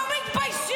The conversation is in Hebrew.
את צריכה להתבייש.